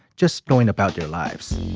just going about their lives